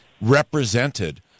represented